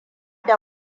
da